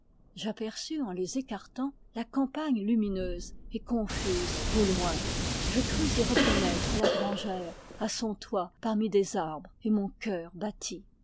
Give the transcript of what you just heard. j'aperçus en les écartant la campagne lumineuse et confuse au loin je crus y reconnaître la grangère à son toit parmi des arbres et mon cœur